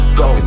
go